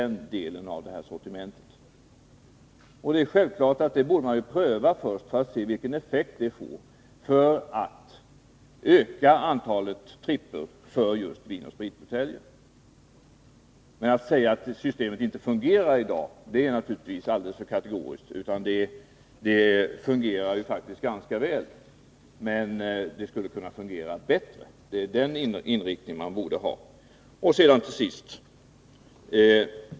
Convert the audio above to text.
Vi borde pröva detta, för att se vilken effekt det får på ökningen av antalet tripper för just vinoch spritbuteljer. Att säga att systemet inte fungerar i dag är naturligtvis alldeles för kategoriskt. Det fungerar ganska väl, men det skulle kunna fungera bättre. Den inriktningen borde man ha.